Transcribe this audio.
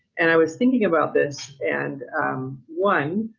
and i was thinking about this. and one,